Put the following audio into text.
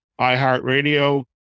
iHeartRadio